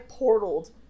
portaled